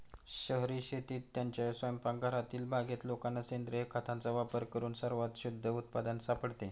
शहरी शेतीत, त्यांच्या स्वयंपाकघरातील बागेत लोकांना सेंद्रिय खताचा वापर करून सर्वात शुद्ध उत्पादन सापडते